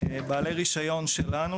בעלי הרישיון שלנו,